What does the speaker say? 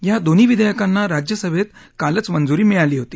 या दोन्ही विधेयकांना राज्यसभेत कालच मंजुरी मिळाली होती